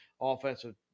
offensive